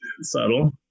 subtle